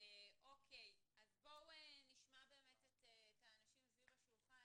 בואו נשמע את האנשים סביב השולחן,